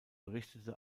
berichtete